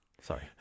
Sorry